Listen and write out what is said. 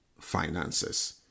finances